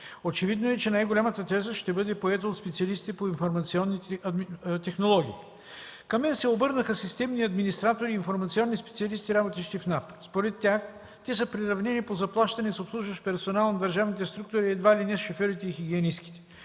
Очевидно е, че най-голямата тежест ще бъде поета от специалистите по информационни технологии. Към мен се обърнаха системни администратори и информационни специалисти, работещи в НАП. Според тях те са приравнени по заплащане с обслужващия персонал на държавните структури, едва ли не с шофьорите и хигиенистките.